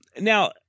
now